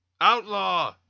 Outlaw